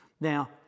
Now